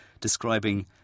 describing